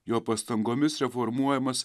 jo pastangomis reformuojamas